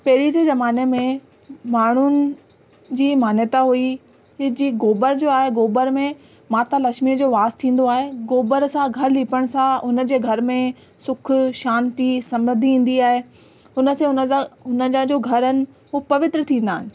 पहिरीं जे जमाने में माण्हूनि जी मान्यता हुई जि गोबर जो आहे गोबर में माता लक्ष्मी जो वास थींदो आहे गोबर सां घर लीपण सां हुनजे घर में सुख शांती समृद्धी ईंदी आहे हुनसे हुनजा हुन जा जो घर आहिनि हू पवित्र थींदा आहिनि